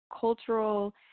cultural